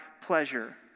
Pleasure